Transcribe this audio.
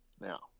now